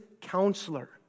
counselor